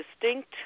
distinct